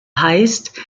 heißt